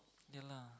ya lah